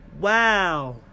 wow